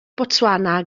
botswana